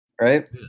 right